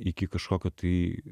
iki kažkokio tai